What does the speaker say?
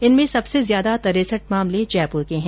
इनमें सबसे ज्यादा तिरेसठ मामले जयपुर के हैं